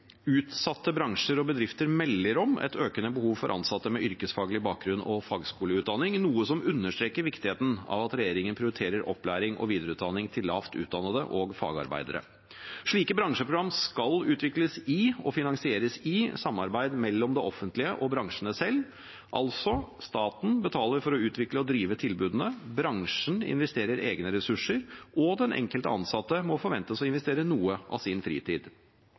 Utsatte bransjer og bedrifter melder om et økende behov for ansatte med yrkesfaglig bakgrunn og fagskoleutdanning, noe som understreker viktigheten av at regjeringen prioriterer opplæring og videreutdanning av lavt utdannede og fagarbeidere. Slike bransjeprogrammer skal utvikles og finansieres i samarbeid mellom det offentlige og bransjene selv. Staten betaler altså for å utvikle og drive tilbudene, bransjen investerer egne ressurser, og den enkelte ansatte må forventes å investere noe av sin fritid.